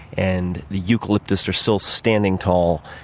and the eucalyptus are still standing tall.